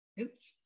Oops